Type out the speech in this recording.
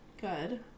Good